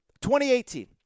2018